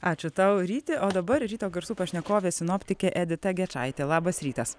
ačiū tau ryti o dabar ryto garsų pašnekovė sinoptikė edita gečaitė labas rytas